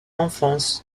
enfance